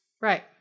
Right